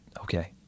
Okay